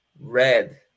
red